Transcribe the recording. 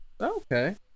Okay